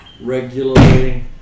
regularly